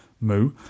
Moo